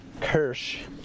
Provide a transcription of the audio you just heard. Kirsch